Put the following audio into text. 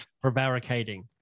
prevaricating